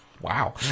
Wow